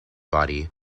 body